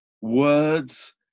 words